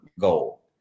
goal